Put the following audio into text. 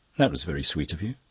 that was very sweet of you.